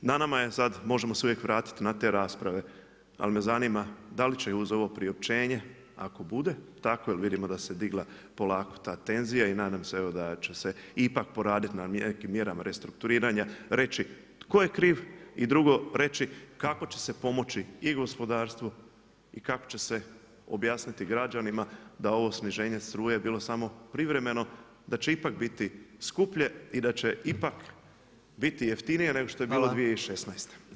Na nama je sad, možemo se uvijek vratiti na te rasprave ali me zanima da li će uz ovo priopćenje, ako bude takvo, jer vidimo da se digla polako ta tenzija i nadam se evo da će ipak poraditi na nekim mjerama restrukturiranja, reći tko je kriv i drugo reći kako će se pomoći i gospodarstvu i kako će se objasniti građanima da ovo sniženje struje je bilo samo privremeno, da će ipak biti jeftinije nego što je bilo 2016.